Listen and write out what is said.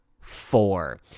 four